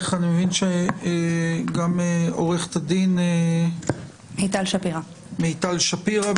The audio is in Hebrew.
עו"ד מיטל שפירא,